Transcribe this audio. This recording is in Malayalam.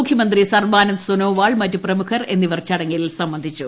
മുഖ്യമന്ത്രി സർബാനന്ദ് സോനോവാൾ മറ്റ് പ്രമുഖർ എന്നിവർ ചടങ്ങിൽ സംബന്ധിച്ചു